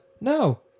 no